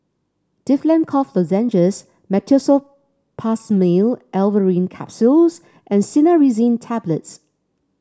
Difflam Cough Lozenges Meteospasmyl Alverine Capsules and Cinnarizine Tablets